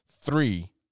three